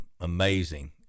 Amazing